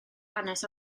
hanes